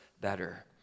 better